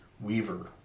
weaver